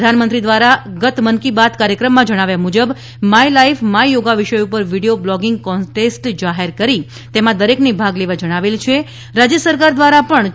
પ્રધાનમંત્રી દ્વારા ગત મન કી બાત કાર્યક્રમમા જણાવ્યા મુજબ માય લાઇફ માય યોગા વિષય પર વિડીયો બ્લોગિંગ કોન્ટેસ્ટ જાહેર કરી તેમા દરેકને ભાગ લેવા જણાવેલ છે રાજ્ય સરકાર દ્વારા પણ તા